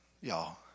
Y'all